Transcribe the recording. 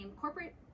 corporate